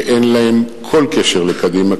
שאין להן כל קשר לקדימה,